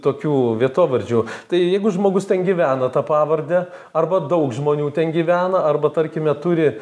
tokių vietovardžių tai jeigu žmogus ten gyvena ta pavarde arba daug žmonių ten gyvena arba tarkime turi